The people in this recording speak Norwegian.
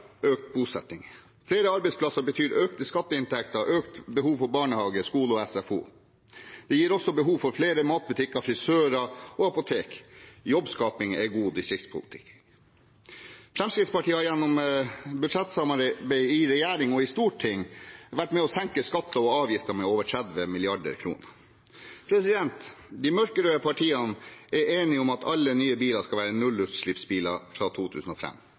økt bosetting. Flere arbeidsplasser betyr økte skatteinntekter og økt behov for barnehager, skoler og SFO. Det gir også behov for flere matbutikker, frisører og apotek. Jobbskaping er god distriktspolitikk. Fremskrittspartiet har gjennom budsjettsamarbeid i regjering og storting vært med på å senke skatter og avgifter med over 30 mrd. kr. De mørkerøde partiene er enige om at alle nye biler skal være nullutslippsbiler fra